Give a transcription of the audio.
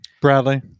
Bradley